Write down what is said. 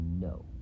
no